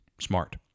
smart